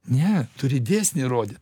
ne turi dėsnį rodyt